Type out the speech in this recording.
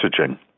messaging